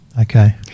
Okay